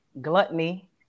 gluttony